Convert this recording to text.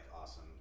awesome